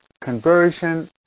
conversion